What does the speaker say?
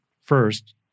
first